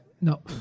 No